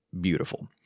beautiful